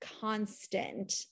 constant